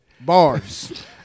Bars